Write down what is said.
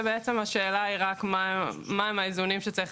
כאשר השאלה היא רק מה הם האיזונים שצריך